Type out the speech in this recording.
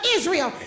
Israel